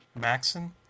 Maxon